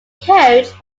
coached